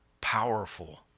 powerful